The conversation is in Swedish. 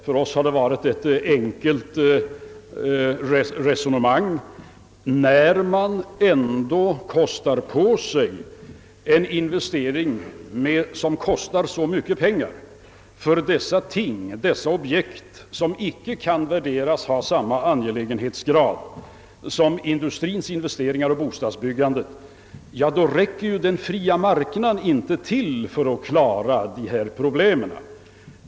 För oss har det varit ett enkelt resonemang, ty när man ändå kostar på sig en investering som kostar så mycket pengar för dessa ting, dessa objekt, som icke kan värderas såsom varande av samma angelägenhetsgrad som industriens investeringar och bostadsbyggandet, då räcker den fria marknaden inte till för att klara dessa problem.